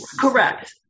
Correct